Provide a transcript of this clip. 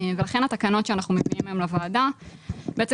לכן התקנות שאנחנו מציעים היום לוועדה בעצם